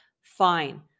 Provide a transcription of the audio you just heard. fine